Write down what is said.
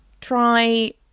Try